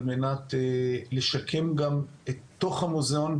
על מנת לשקם גם את תוך המוזיאון,